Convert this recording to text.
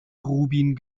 rubin